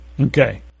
Okay